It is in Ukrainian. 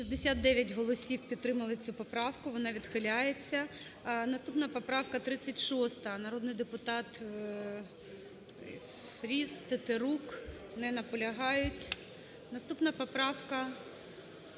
69 голосів підтримали цю поправку, вона відхиляється. Наступна поправка 36, народний депутат Фріз, Тетерук. Не наполягають. Наступна поправка